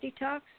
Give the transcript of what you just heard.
detox